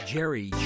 Jerry